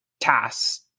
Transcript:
tasks